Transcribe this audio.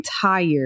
tired